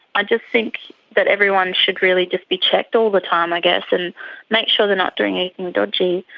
i just think that everyone should really just be checked all the time, i guess, and make sure they're not doing anything dodgy,